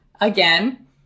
again